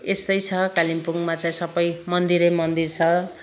यस्तै छ कालिम्पोङमा चाहिँ सबै मन्दिरै मन्दिर छ